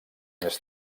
més